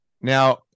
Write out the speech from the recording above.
Now